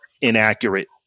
inaccurate